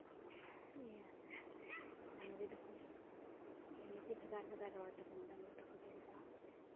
ᱤᱭᱟᱹ ᱰᱟᱝᱨᱤ ᱫᱚᱠᱚ ᱱᱤᱡᱮ ᱵᱷᱮᱜᱟᱨ ᱵᱷᱮᱜᱟᱨ ᱨᱚᱲ ᱛᱟᱵᱚᱱ ᱰᱟᱝᱨᱤ ᱫᱚᱠᱚ ᱫᱩᱲᱩᱵᱼᱟ